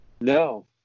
No